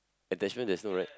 attachment there's no right